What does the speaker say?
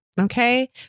Okay